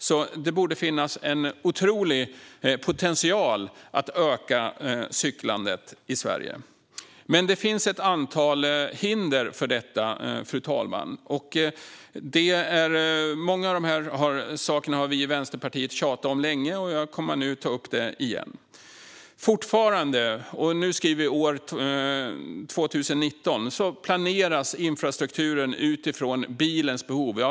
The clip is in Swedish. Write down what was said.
Det borde därmed finnas en otrolig potential att öka cyklandet i Sverige. Men det finns ett antal hinder för detta, fru talman. Många av dessa saker har vi i Vänsterpartiet tjatat om länge, och jag kommer nu att ta upp dem igen. Fortfarande år 2019 planeras infrastrukturen utifrån bilens behov.